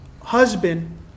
husband